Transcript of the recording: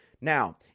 Now